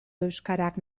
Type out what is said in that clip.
euskarak